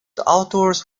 outdoors